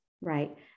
right